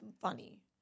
funny